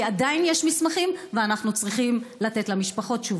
כי עדיין יש מסמכים ואנחנו צריכים לתת תשובות למשפחות.